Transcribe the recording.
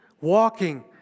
walking